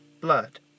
blood